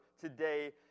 today